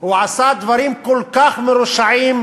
הוא עשה דברים כל כך מרושעים,